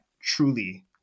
truly